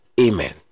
amen